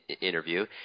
interview